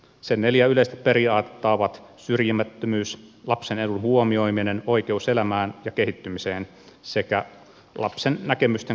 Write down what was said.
sen neljä yleistä periaatetta ovat syrjimättömyys lapsen edun huomioiminen oikeus elämään ja kehittymiseen sekä lapsen näkemysten kunnioittaminen